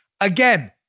Again